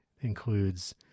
includes